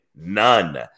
none